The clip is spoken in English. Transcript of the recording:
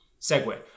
segue